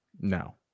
No